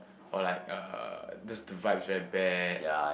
or like uh just the vibe is very bad